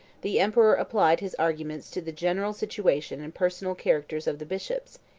the emperor applied his arguments to the general situation and personal characters of the bishops,